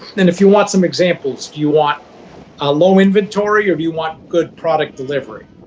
and if you want some examples, do you want ah low inventory or do you want good product delivery?